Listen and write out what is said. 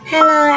Hello